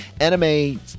Anime